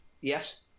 Yes